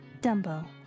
Dumbo